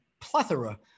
plethora